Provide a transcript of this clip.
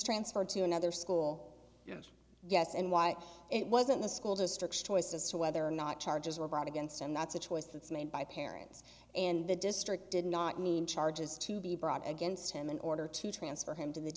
transferred to another school yes yes and why it wasn't the school district's choice as to whether or not charges were brought against him that's a choice that's made by parents and the district did not mean charges to be brought against him in order to transfer him to the